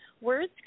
words